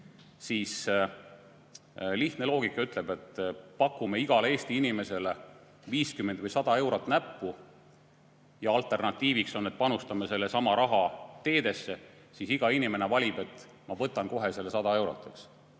siis lihtne loogika ütleb, et kas pakume igale Eesti inimesele 50 või 100 eurot kätte või alternatiiviks on, et panustame sellesama raha teedesse, siis iga inimene valib, et ma võtan kohe selle 100 eurot, eks.